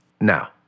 Now